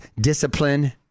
discipline